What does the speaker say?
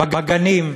בגנים,